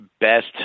best